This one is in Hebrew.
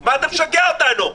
מה אתה משגע אותנו?